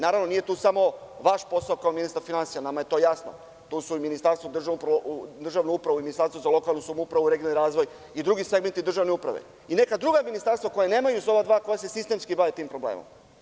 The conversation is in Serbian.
Naravno, nije samo to vaš posao kao ministra finansija nama je to jasno, tu su i Ministarstvo za državnu upravu i Ministarstvo za lokalnu samoupravu i regionalni razvoj i drugi segmenti državne uprave i neka druga ministarstva koja se bave ovim problemom.